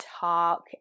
talk